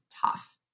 tough